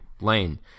Lane